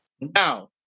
Now